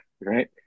Right